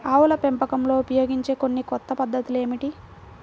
ఆవుల పెంపకంలో ఉపయోగించే కొన్ని కొత్త పద్ధతులు ఏమిటీ?